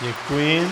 Děkuji.